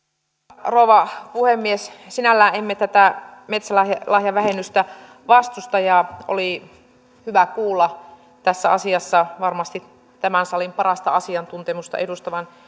arvoisa rouva puhemies sinällään emme tätä metsälahjavähennystä vastusta ja oli hyvä kuulla tässä asiassa varmasti tämän salin parasta asiantuntemusta edustavan